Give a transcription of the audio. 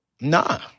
Nah